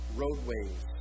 roadways